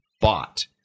bought